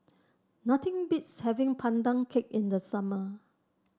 nothing beats having Pandan Cake in the summer